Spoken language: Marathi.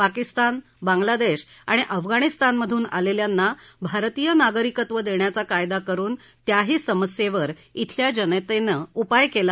पाकिस्तान बांग्लादेश आणि अफगाणिस्तानमधून आलेल्यांना भारतीय नागरिकत्व देण्याचा कायदा करुन त्याही समस्येवर बेल्या जनतेने उपाय केला